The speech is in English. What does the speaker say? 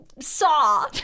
saw